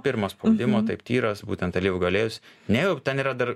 pirmo spaudimo taip tyras būtent alyvuogių aliejus ne jau ten yra dar